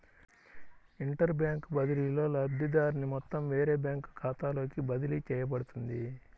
inter bank బదిలీలో, లబ్ధిదారుని మొత్తం వేరే బ్యాంకు ఖాతాలోకి బదిలీ చేయబడుతుంది